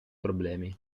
problemi